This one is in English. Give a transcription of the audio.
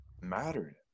mattered